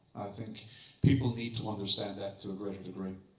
think people need to understand that to a greater degree.